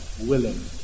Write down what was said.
willing